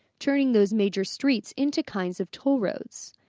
turning those major streets into kinds of toll roads.